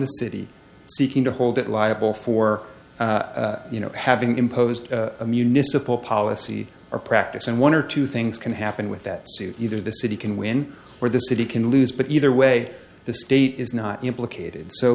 the city seeking to hold it liable for having imposed a municipal policy or practice and one or two things can happen with that suit either the city can win or the city can lose but either way the state is not implicated so